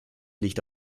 licht